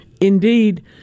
Indeed